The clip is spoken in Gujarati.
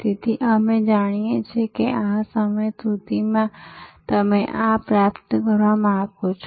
તેથી અમે જાણીએ છીએ કે આ સમય સુધીમાં તમે આ આ આ પ્રાપ્ત કરવા માંગો છો